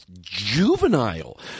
juvenile